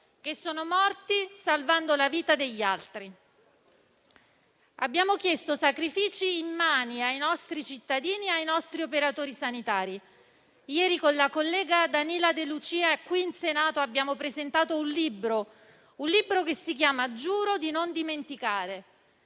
sanitari, morti salvando la vita degli altri. Abbiamo chiesto sacrifici immani ai nostri cittadini e ai nostri operatori sanitari. Ieri, con la collega Danila De Lucia, qui in Senato abbiamo presentato un libro, che si intitola «Giuro di non dimenticare»